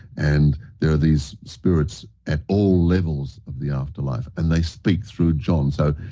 and there are these spirits at all levels of the afterlife and they speak through john. so,